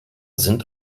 sind